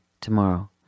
tomorrow